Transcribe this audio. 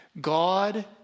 God